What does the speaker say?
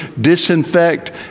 disinfect